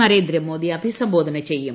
നരേന്ദ്രമോദി അഭിസംബോധന ചെയ്യും